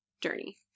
journey